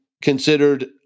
considered